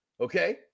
Okay